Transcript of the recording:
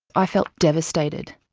i felt devastated.